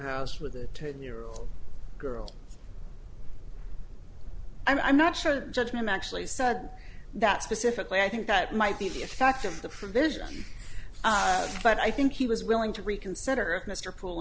house with a ten year old girl i'm not sure that judgment actually said that specifically i think that might be the effect of the provision but i think he was willing to reconsider if mr pool